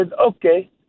okay